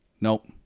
Nope